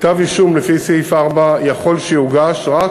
כתב אישום לפי סעיף 4 יכול שיוגש רק